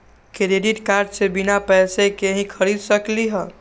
Credit card से बिना पैसे के ही खरीद सकली ह?